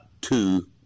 two